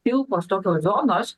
pilkos tokios zonos